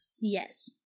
yes